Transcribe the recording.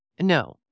No